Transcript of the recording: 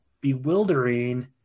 bewildering